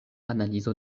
analizo